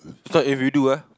so if you do ah